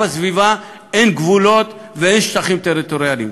בסביבה אין גבולות ואין שטחים טריטוריאליים.